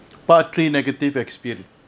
part three negative experience